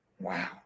Wow